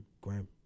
Graham